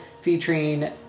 featuring